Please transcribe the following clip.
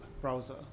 browser